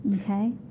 okay